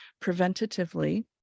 preventatively